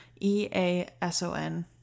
E-A-S-O-N